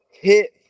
hit